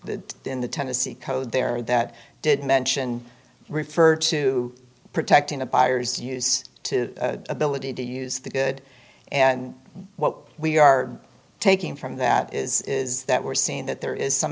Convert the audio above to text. the the in the tennessee code there that did mention refer to protecting a buyer's use to ability to use the good and what we are taking from that is is that we're seeing that there is some